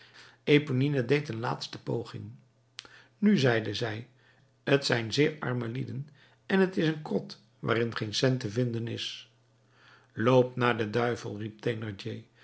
eponine deed een laatste poging nu zeide zij t zijn zeer arme lieden en t is een krot waarin geen cent te vinden is loop naar den duivel